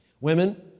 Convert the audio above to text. Women